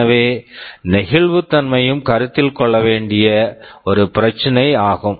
எனவே நெகிழ்வுத்தன்மையும் கருத்தில் கொள்ள வேண்டிய ஒரு பிரச்சினை ஆகும்